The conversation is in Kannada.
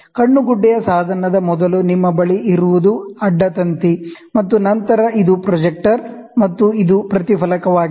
ಐ ಪೀಸ್ ಸಾಧನದ ಮೊದಲು ನಿಮ್ಮ ಬಳಿ ಇರುವುದು ಅಡ್ಡ ತಂತಿ ಮತ್ತು ನಂತರ ಇದು ಪ್ರೊಜೆಕ್ಟರ್ ಮತ್ತು ಇದು ಪ್ರತಿಫಲಕ ಆಗಿದೆ